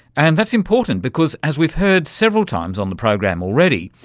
and that's important because, as we've heard several times on the program already,